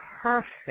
perfect